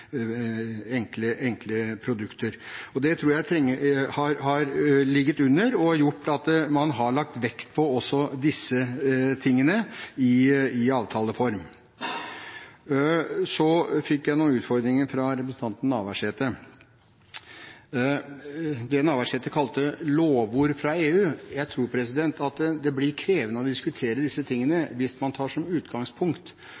enkle produkter. Det tror jeg har ligget under og gjort at man har lagt vekt på også disse tingene i avtaleform. Så fikk jeg noen utfordringer fra representanten Navarsete. Til det Navarsete kalte lovord fra EU: Jeg tror at det blir krevende å diskutere disse